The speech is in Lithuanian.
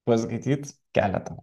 paskaityt keletą